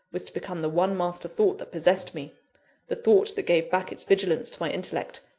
was to become the one master-thought that possessed me the thought that gave back its vigilance to my intellect,